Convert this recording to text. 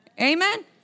Amen